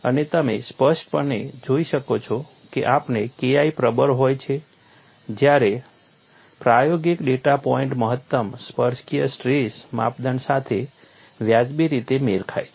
અને તમે સ્પષ્ટ પણે જોઈ શકો છો કે જ્યારે KI પ્રબળ હોય છે ત્યારે પ્રાયોગિક ડેટા પોઇન્ટ મહત્તમ સ્પર્શકીય સ્ટ્રેસ માપદંડ સાથે વાજબી રીતે મેળ ખાય છે